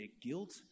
guilt